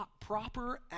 proper